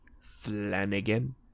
flanagan